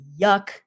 yuck